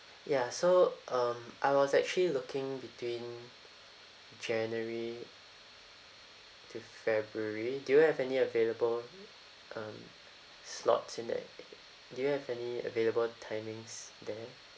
ya so um I was actually looking between january to february do you have any available um slots in that do you have any available timings then